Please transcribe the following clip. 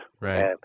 right